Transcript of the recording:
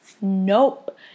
nope